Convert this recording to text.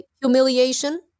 Humiliation